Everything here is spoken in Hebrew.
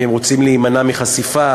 כי הם רוצים להימנע מחשיפה,